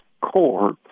core